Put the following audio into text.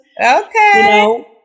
Okay